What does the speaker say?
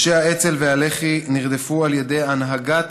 אנשי האצ"ל והלח"י נרדפו על ידי הנהגת